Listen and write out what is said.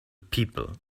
people